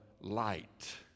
light